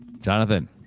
Jonathan